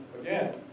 again